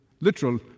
literal